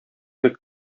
бик